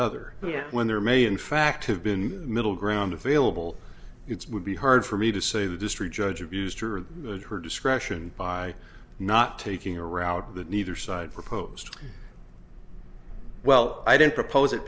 yet when there may in fact have been middle ground available you would be hard for me to say the district judge abused her or her discretion by not taking a route that neither side proposed well i didn't propose it